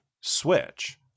Switch